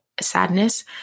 sadness